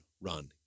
run